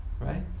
right